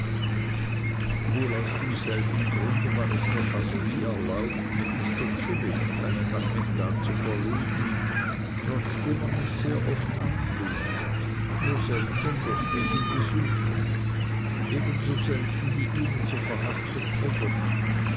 wohl aus demselben grunde war es mir fast nie erlaubt mit mr chillip einen nachmittag zu verleben trotzdem er mich sehr oft einlud nur selten durfte ich ihn besuchen ebenso selten die ihnen so verhaßte peggotty